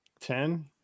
ten